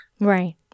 Right